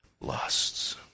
lusts